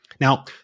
Now